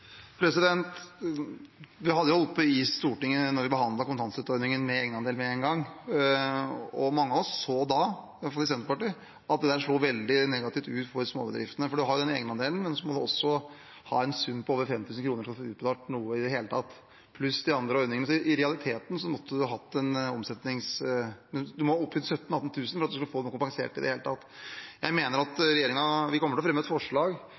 Vi holdt jo på med dette med egenandel med en gang da vi behandlet kontantstøtteordningen i Stortinget. Mange av oss – i hvert fall i Senterpartiet – så da at det slo veldig negativt ut for småbedriftene. Det er en egenandel, men det må også være en sum på minimum 5 000 kr for å få utbetalt noe i det hele tatt, pluss de andre ordningene. Så i realiteten må man opp i 17 000–18 000 kr for å få kompensert noe i det hele tatt. Vi kommer til å fremme et forslag